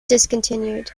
discontinued